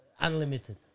Unlimited